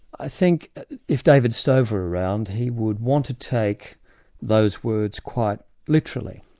i think if david stove were around, he would want to take those words quite literally,